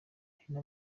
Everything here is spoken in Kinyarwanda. hari